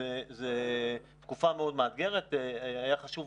זו תקופה מאוד מאותגרת, והיה חשוב